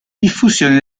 diffusione